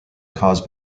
caused